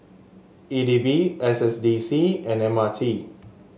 E D B S S D C and M R T